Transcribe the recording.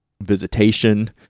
visitation